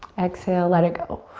exhale, let it go.